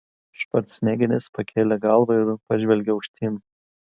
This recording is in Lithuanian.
švarcnegeris pakėlė galvą ir pažvelgė aukštyn